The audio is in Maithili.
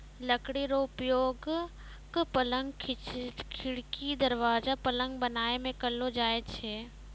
लकड़ी रो उपयोगक, पलंग, खिड़की, दरबाजा, पलंग बनाय मे करलो जाय छै